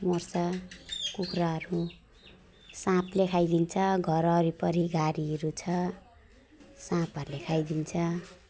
मर्छ कुखुराहरू साँपले खाइदिन्छ घर वरिपरि घारीहरू छ साँपहरूले खाइदिन्छ